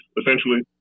essentially